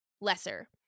lesser